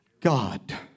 God